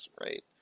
Right